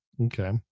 Okay